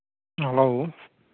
hello